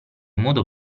modo